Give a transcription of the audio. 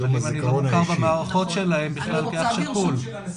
אבל אני לא מוכר במערכות שלהם בכלל כאח שכול.